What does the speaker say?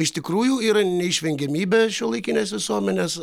iš tikrųjų yra neišvengiamybė šiuolaikinės visuomenės